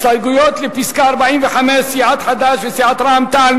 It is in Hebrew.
הסתייגות 45, סיעת חד"ש וסיעת רע"ם-תע"ל.